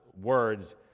words